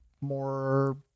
more